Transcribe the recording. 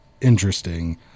interesting